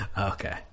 okay